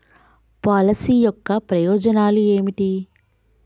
Policy యొక్క ప్రయోజనాలు ఏమిటి?